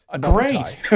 Great